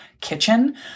kitchen